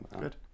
Good